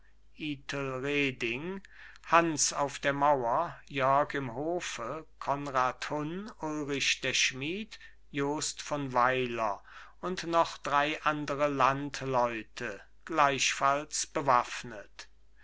hans auf der mauer jörg im hofe konrad hunn ulrich der schmied jost von weiler und noch drei andere landleute gleichfalls bewaffnet